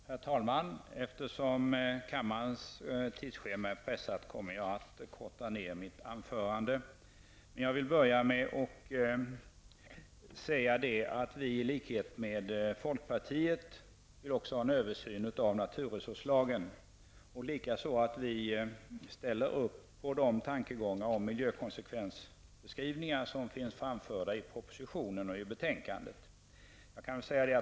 Herr talman! Eftersom kammarens tidsschema är pressat kommer jag att korta ner mitt anförande. Men jag vill börja med att säga att vi i likhet med folkpartiet vill ha en översyn av naturresurslagen. Vi ställer likaså upp på de tankegångar på miljökonsekvensbeskrivningar som är framförda i propositionen och i betänkandet.